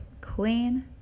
queen